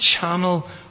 channel